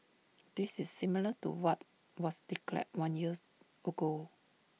this is similar to what was declared one years ago